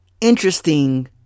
interesting